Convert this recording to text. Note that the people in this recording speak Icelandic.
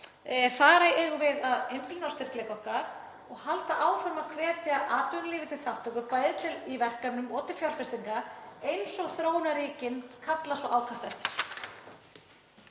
Þar eigum við að einblína á styrkleika okkar og halda áfram að hvetja atvinnulífið til þátttöku, bæði í verkefnum og til fjárfestinga eins og þróunarríkin kalla svo ákaft eftir.